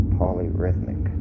polyrhythmic